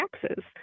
taxes